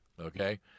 okay